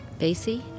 Basie